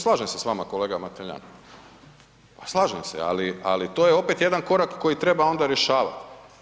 Slažem se s vama kolega Mateljan, pa slažem se, ali to je opet jedan korak koji treba onda rješavati.